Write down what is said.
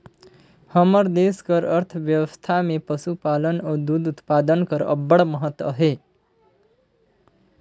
हमर देस कर अर्थबेवस्था में पसुपालन अउ दूद उत्पादन कर अब्बड़ महत अहे